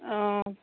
অঁ